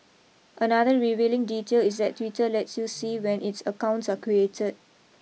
another revealing detail is that Twitter lets you see when its accounts are created